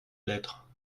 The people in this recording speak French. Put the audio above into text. l’être